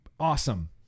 Awesome